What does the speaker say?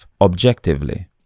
objectively